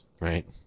Right